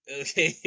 okay